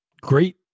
great